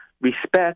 respect